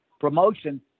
promotion